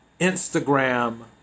Instagram